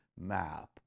map